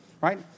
right